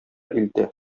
илтә